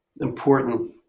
important